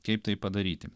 kaip tai padaryti